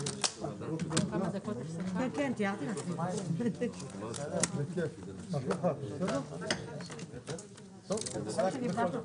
הישיבה ננעלה בשעה 13:40.